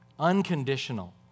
unconditional